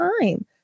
time